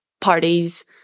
parties